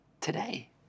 today